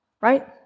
Right